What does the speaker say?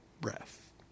breath